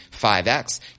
5X